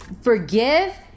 forgive